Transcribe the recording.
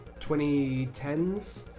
2010s